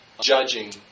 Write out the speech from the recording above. judging